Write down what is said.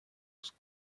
was